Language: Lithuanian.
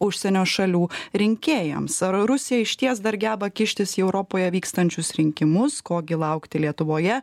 užsienio šalių rinkėjams ar rusija išties dar geba kištis į europoje vykstančius rinkimus ko gi laukti lietuvoje